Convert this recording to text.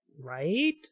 right